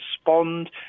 respond